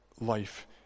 life